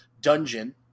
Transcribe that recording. dungeon